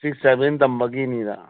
six ꯁꯕꯦꯟ ꯇꯝꯕꯒꯤꯅꯤꯗ